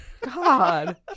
God